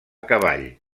cavall